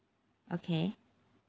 okay